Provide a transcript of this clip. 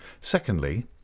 Secondly